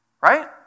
right